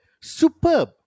superb